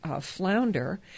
flounder